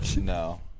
No